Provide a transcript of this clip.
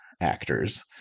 actors